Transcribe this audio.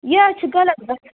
یہٕ حظ چھِ غلط گژھان